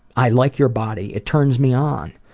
i like your body, it turns me on',